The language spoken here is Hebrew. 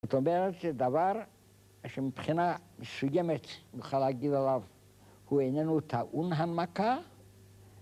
זאת אומרת, זה דבר שמבחינה מסוימת נוכל להגיד עליו הוא איננו טעון הנמקה